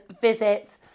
visit